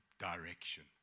direction